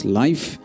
life